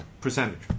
percentage